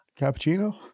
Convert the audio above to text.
Cappuccino